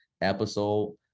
episode